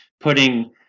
putting